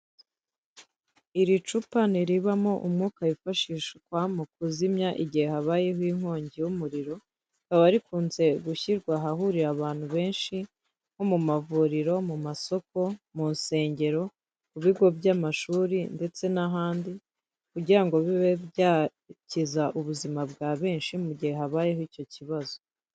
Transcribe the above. Iri cupa ni iribamo umwuka wifashishwa mu kuzimya igihe habayeho inkongi y'umuriro, rikaba rikunze gushyirwa ahahurira abantu benshi nko mu mavuriro, mu masoko, mu nsengero, mu bigo by'amashuri ndetse n'ahandi, kugira ngo bibe byakiza ubuzima bwa benshi mu gihe habayeho icyo kibazo.